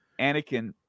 Anakin